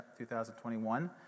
2021